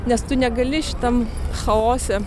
nes tu negali šitam chaose